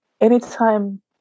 anytime